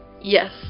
Yes